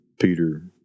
Peter